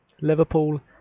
Liverpool